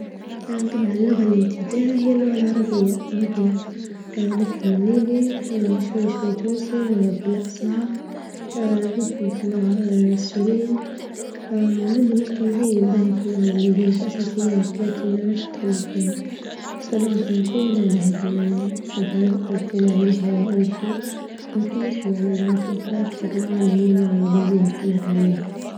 طبعا اللغة اللي نجيدها هي اللغة العربية لغتنا نفهم ليبي شوي شوي تونسي، مغربي لأ صعب نفهم في اللغة السورية، وعندي مستوى جيد في اللغة الإنجليزية كأساسيات لكن منعرفش نتحدث بها، بالنسبة للغة الفرنسية لا لا هذا ما نحبها قصدي معنديش عليها أي شي، ونحب نسمع من اللغات الأخرى أكتر لغة هي الإنجليزية نحب نتعلمها.